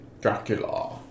Dracula